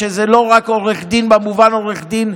שזה לא רק עורך דין במובן עורך דין,